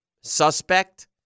suspect